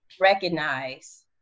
recognize